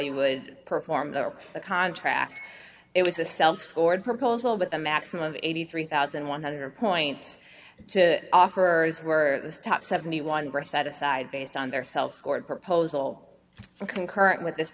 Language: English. you would perform the contract it was a self scored proposal but the maximum of eighty three thousand one hundred points to offer were the top seventy one breath set aside based on their cell scored proposal for concurrent with this